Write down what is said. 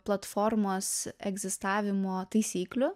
platformos egzistavimo taisyklių